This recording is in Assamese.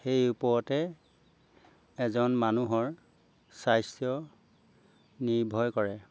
সেই ওপৰতে এজন মানুহৰ স্বাস্থ্য নিৰ্ভৰ কৰে